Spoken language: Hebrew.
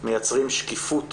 אנחנו מייצרים שקיפות